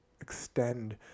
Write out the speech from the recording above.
extend